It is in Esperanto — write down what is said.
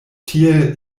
tiel